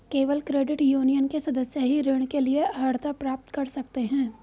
केवल credit union के सदस्य ही ऋण के लिए अर्हता प्राप्त कर सकते हैं